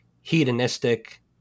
hedonistic